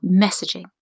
messaging